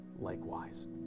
likewise